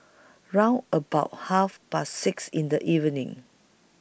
round about Half Past six in The evening